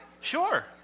Sure